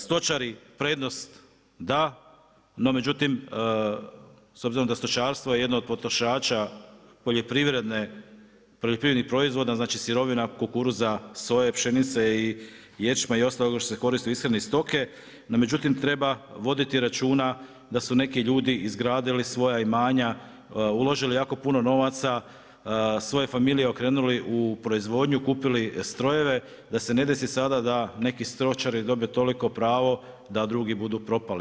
Stočari prednost da, no međutim s obzirom da je stočarstvo jedno od potrošača poljoprivrednih proizvoda znači sirovina kukuruza, soje, pšenice, ječma i ostalog što se koriti u ishrani stoke, no međutim treba voditi računa da su neki ljudi izgradili svoja imanja, uložili jako puno novaca, svoje familije okrenuli u proizvodnju, kupili strojeve da se ne desi sada da neki stočari dobije toliko pravu da drugi budu propali.